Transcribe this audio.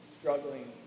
struggling